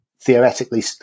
theoretically